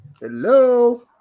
Hello